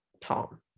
Tom